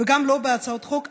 וגם לא בהצעות חוק אחרות,